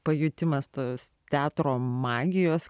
pajutimas tas teatro magijos